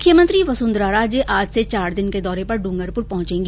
मुख्यमंत्री वसुंधरा राजे आज से चार दिन के दौरे पर ड्रंगरपुर पहुंचेगी